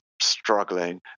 struggling